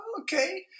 Okay